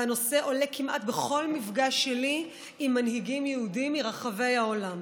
והנושא עולה כמעט בכל מפגש שלי עם מנהיגים יהודים מרחבי העולם.